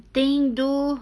think do